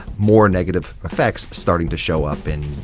more negative effects starting to show up in